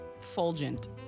Fulgent